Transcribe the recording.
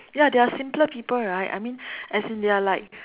ya they are simpler people right I mean as in they are like